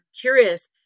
curious